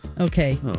okay